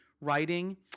writing